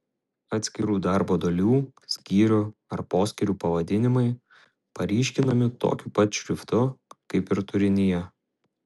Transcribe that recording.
atskirų darbo dalių skyrių ar poskyrių pavadinimai paryškinami tokiu pat šriftu kaip ir turinyje